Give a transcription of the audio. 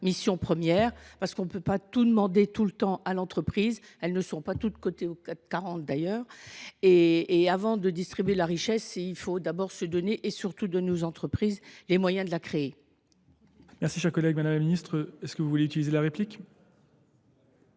mission première, parce qu'on ne peut pas tout demander tout le temps à l'entreprise. Elles ne sont pas toutes cotées aux 440 d'ailleurs. Et avant de distribuer la richesse, il faut d'abord se donner, et surtout de nos entreprises, les moyens de la créer. Merci, chers Madame la Ministre, est-ce que vous voulez utiliser la réplique ?